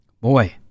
Boy